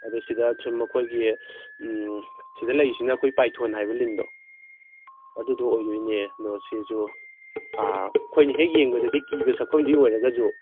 ꯑꯗꯨ ꯁꯤꯗ ꯁꯨꯝ ꯑꯩꯈꯣꯏꯒꯤ ꯁꯤꯗ ꯂꯩꯔꯤꯁꯤꯅ ꯑꯩꯈꯣꯏ ꯄꯥꯏꯊꯣꯟ ꯍꯥꯏꯕ ꯂꯤꯟꯗꯣ ꯑꯗꯨꯗꯣ ꯑꯣꯏꯗꯣꯏꯅꯦ ꯑꯗꯣ ꯁꯤꯁꯨ ꯑꯩꯈꯣꯏꯅ ꯍꯦꯛ ꯌꯦꯡꯕꯗꯗꯤ ꯀꯤꯕ ꯁꯛꯐꯝꯗꯤ ꯑꯣꯏꯔꯒꯁꯨ